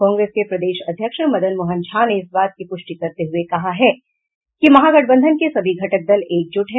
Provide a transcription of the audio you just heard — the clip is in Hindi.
कांग्रेस के प्रदेश अध्यक्ष मदन मोहन झा ने इस बात की पूष्टि करते हुए कहा है कि महागठबंधन के सभी घटक दल एकजुट हैं